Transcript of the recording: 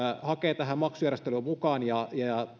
hakee tähän maksujärjestelyyn mukaan ja